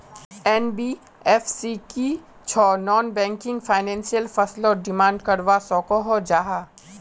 NBFC की छौ non banking financial फसलोत डिमांड करवा सकोहो जाहा?